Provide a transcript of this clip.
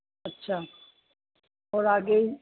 अच्छा और आगे